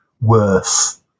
worse